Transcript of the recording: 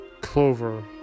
Clover